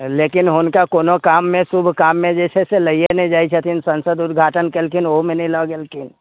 लेकिन हुनका कोनो काममे शुभ काममे जे छै से लैए नहि जाइ छथिन संसद उद्घाटन केलखिन ओहुमे नहि लऽ गेलखिन